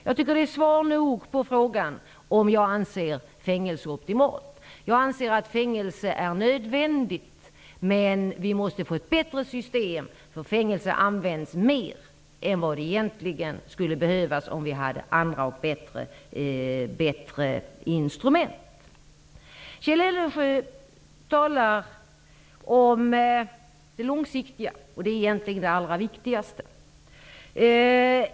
Jag tycker att detta är svar nog på frågan om jag tycker att fängelse är optimalt. Jag anser att fängelse är nödvändigt. Men vi måste få ett bättre system därför att fängelse används mer än vad som egentligen skulle behövas om vi hade andra och bättre instrument. Kjell Eldensjö talade om det långsiktiga, vilket egentligen är det allra viktigaste.